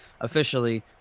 officially